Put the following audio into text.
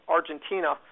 Argentina